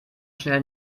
schnell